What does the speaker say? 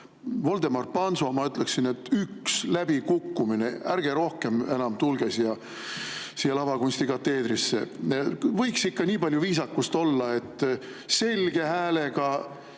Voldemar Panso, ma ütleksin: "Hinne 1, läbikukkumine! Ärge enam tulge siia lavakunstikateedrisse!" Võiks ikka nii palju viisakust olla, et selge häälega